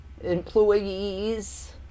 employees